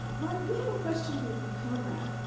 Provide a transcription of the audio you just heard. mark, we have a question here from conrad.